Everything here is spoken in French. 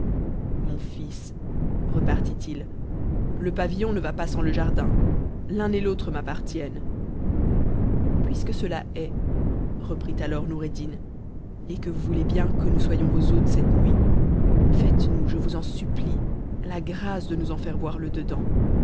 mon fils repartit il le pavillon ne va pas sans le jardin l'un et l'autre m'appartiennent puisque cela est reprit alors noureddin et que vous voulez bien que nous soyons yos hôtes cette nuit faites-nous je vous en supplie la grâce de nous en faire voir le dedans